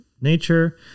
nature